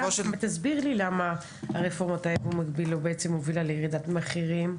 תסביר לי למה הרפורמה של ייבוא מקביל לא הובילה לירידת מחירים.